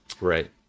Right